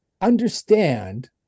understand